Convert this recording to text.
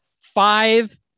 Five